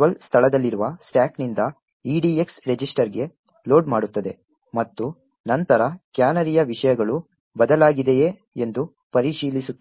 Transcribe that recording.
12 ಸ್ಥಳದಲ್ಲಿರುವ ಸ್ಟಾಕ್ನಿಂದ EDX ರಿಜಿಸ್ಟರ್ಗೆ ಲೋಡ್ ಮಾಡುತ್ತದೆ ಮತ್ತು ನಂತರ ಕ್ಯಾನರಿಯ ವಿಷಯಗಳು ಬದಲಾಗಿದೆಯೇ ಎಂದು ಪರಿಶೀಲಿಸುತ್ತದೆ